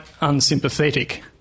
unsympathetic